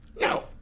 No